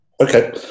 Okay